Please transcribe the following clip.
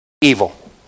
evil